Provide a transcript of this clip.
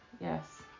Yes